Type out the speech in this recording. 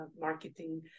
Marketing